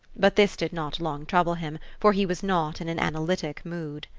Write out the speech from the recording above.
but this did not long trouble him, for he was not in an analytic mood.